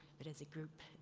but as a group.